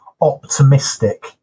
optimistic